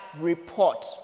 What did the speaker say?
report